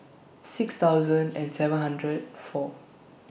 six thousand and seven hundred four